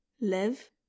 Live